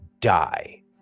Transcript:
die